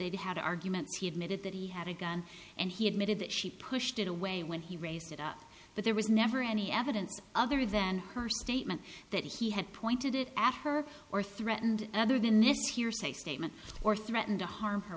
they had arguments he admitted that he had a gun and he admitted that she pushed it away when he raised it up but there was never any evidence other than her statement that he had pointed it at her or threatened other than it's hearsay statement or threatened to harm her